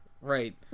Right